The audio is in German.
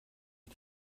ich